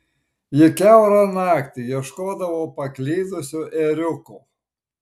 ji kiaurą naktį ieškodavo paklydusio ėriuko